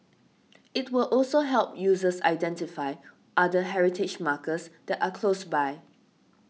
it will also help users identify other heritage markers that are close by